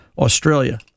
Australia